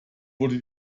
wurde